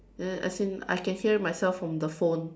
then as in I can hear myself from the phone